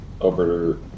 over